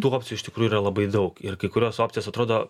tų opcijų iš tikrųjų yra labai daug ir kai kurios opcijos atrodo